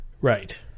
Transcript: Right